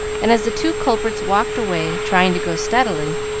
and as the two culprits walked away, trying to go steadily,